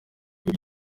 ubwo